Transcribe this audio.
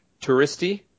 touristy